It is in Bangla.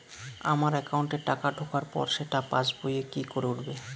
আমার একাউন্টে টাকা ঢোকার পর সেটা পাসবইয়ে কি করে উঠবে?